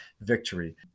victory